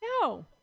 no